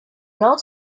not